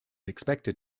expected